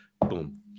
Boom